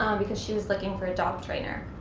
um because she was looking for a dog trainer.